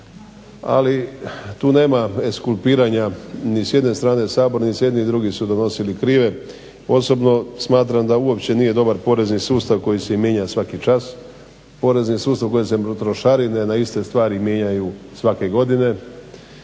Ali tu nema eskulpiranja ni s jedne strane sabornice. I jedni i drugi su donosili krive. Osobno smatram da uopće nije dobar porezni sustav koji se i mijenja svaki čas. Porezni sustav u kojem se trošarine na iste stvari mijenjaju svake godine.